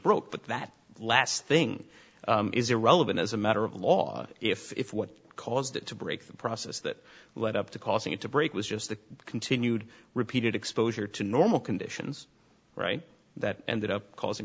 broke but that last thing is irrelevant as a matter of law if if what caused it to break the process that led up to causing it to break was just the continued repeated exposure to normal conditions right that ended up causing